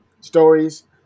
stories